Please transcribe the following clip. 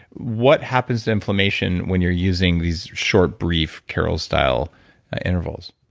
what happens to inflammation when you're using these short, brief car o l style intervals?